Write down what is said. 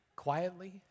Quietly